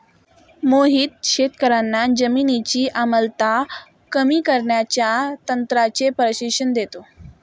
मोहित शेतकर्यांना जमिनीची आम्लता कमी करण्याच्या तंत्राचे प्रशिक्षण देतो